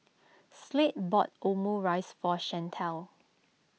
Slade bought Omurice for Shantell